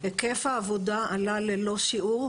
היקף העבודה עלה ללא שיעור,